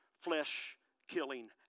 flesh-killing